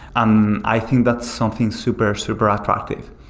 um i think that's something super, super attractive.